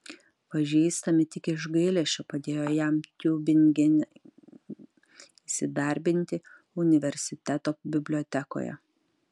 pažįstami tik iš gailesčio padėjo jam tiubingene įsidarbinti universiteto bibliotekoje